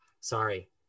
sorry